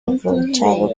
aprovechado